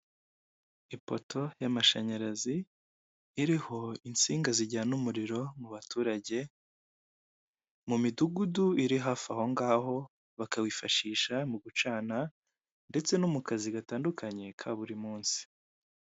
Ipoto y'amashanyarazi iriho insinga zijyana umuriro mu baturage, mu midugudu iri hafi ahongaho bakawifashisha mu gucana, ndetse no mu kazi gatandukanye ka buri munsi.